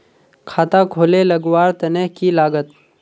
खाता खोले लगवार तने की लागत?